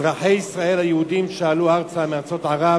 אזרחי ישראל היהודים שעלו ארצה מארצות ערב,